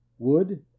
Wood